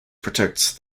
protects